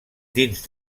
dins